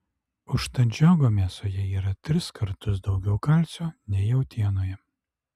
užtat žiogo mėsoje yra tris kartus daugiau kalcio nei jautienoje